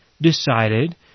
decided